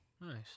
Nice